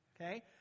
Okay